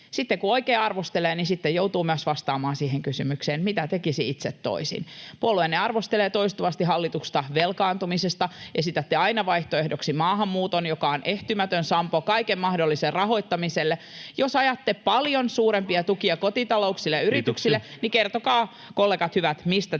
Kun oikein arvostelee, niin sitten joutuu myös vastaamaan siihen kysymykseen, mitä tekisi itse toisin. Puolueenne arvostelee toistuvasti hallitusta velkaantumisesta. Esitätte aina vaihtoehdoksi maahanmuuton, joka on ehtymätön sampo kaiken mahdollisen rahoittamiselle. Jos ajatte paljon suurempia tukia kotitalouksille ja yrityksille, [Puhemies: Kiitoksia!] niin kertokaa, kollegat hyvät, mistä te